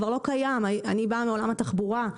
אני באה מעולם התחבורה,